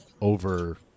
over